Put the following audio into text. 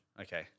Okay